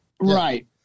Right